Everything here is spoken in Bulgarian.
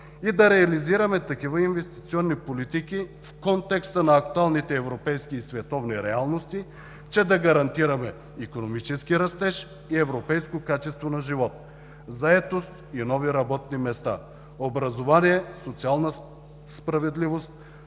и да реализираме такива инвестиционни политики в контекста на актуалните европейски и световни реалности, че да гарантираме икономически растеж и европейско качество на живот, заетост и нови работни места, образование, социална справедливост,